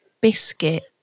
biscuit